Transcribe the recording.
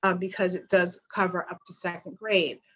um because it does cover up to second grade.